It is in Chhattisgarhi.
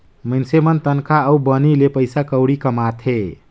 मइनसे मन तनखा अउ बनी ले पइसा कउड़ी कमाथें